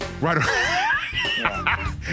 Right